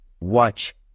Watch